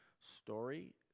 story